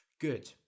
Good